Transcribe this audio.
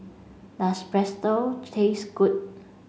does Pretzel taste good